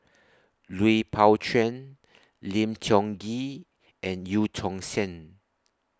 Lui Pao Chuen Lim Tiong Ghee and EU Tong Sen